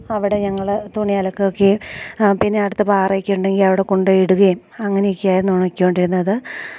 അവിടെ ഞങ്ങള് തുണി അലക്കുക ഒക്കെയും പിന്നെ അടുത്ത് പാറയൊക്കെ ഉണ്ടെങ്കിൽ അവിടെ കൊണ്ടുപോയി ഇടുകയും അങ്ങനെയൊക്കെയായിന്നു ഉണക്കി കൊണ്ടിരുന്നത്